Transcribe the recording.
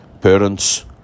parents